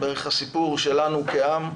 זה בערך הסיפור שלנו כעם,